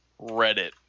Reddit